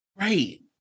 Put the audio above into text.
Right